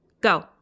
go